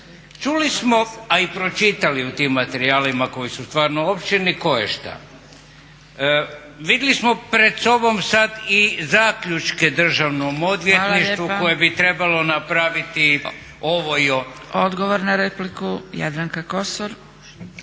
Hvala lijepa. Odgovor na repliku, Jadranka Kosor.